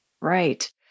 Right